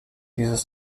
dieses